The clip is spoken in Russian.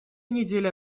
недели